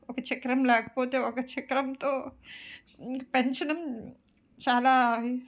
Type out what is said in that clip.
ఒక చక్రం లేకపోతే ఒక చక్రంతో ఇంక పెంచడం చాలా